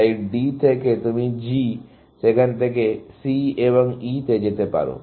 তাই D থেকে তুমি G সেখান থেকে C এবং E তে যেতে পারো